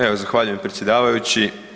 Evo zahvaljujem predsjedavajući.